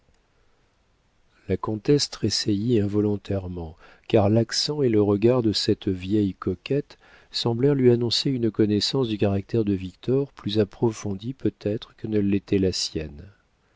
la comtesse tressaillit involontairement car l'accent et le regard de cette vieille coquette semblèrent lui annoncer une connaissance du caractère de victor plus approfondie peut-être que ne l'était la sienne